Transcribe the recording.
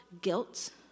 guilt